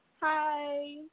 Hi